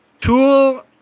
Tool